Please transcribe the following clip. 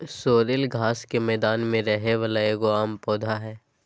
sorrel घास के मैदान में रहे वाला एगो आम पौधा हइ